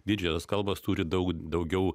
didžiosios kalbos turi daug daugiau